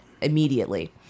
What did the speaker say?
immediately